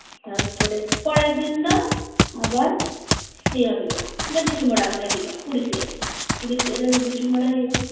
ᱛᱟᱨᱯᱚᱨᱮ ᱯᱚᱨᱮᱨ ᱫᱤᱱ ᱫᱚ ᱟᱵᱟᱨ ᱥᱤᱭᱟᱹ ᱦᱩᱭᱩᱜᱼᱟ ᱜᱟᱰᱤ ᱪᱩᱢᱟᱹᱲᱟ ᱚᱸᱰᱮ ᱦᱩᱭᱩᱜᱼᱟ ᱠᱩᱲᱤ ᱥᱮᱜ ᱨᱮ ᱠᱩᱲᱤ ᱥᱮᱜ ᱨᱮ ᱜᱟᱰᱤ ᱪᱩᱢᱟᱹᱲᱟ ᱦᱩᱭᱩᱜᱼᱟ